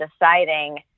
deciding